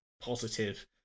positive